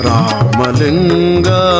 Ramalinga